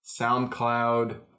SoundCloud